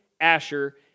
Asher